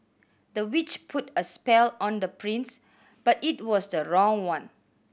the witch put a spell on the prince but it was the wrong one